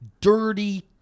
Dirty